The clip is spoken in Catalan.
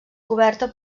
coberta